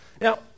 Now